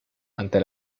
ante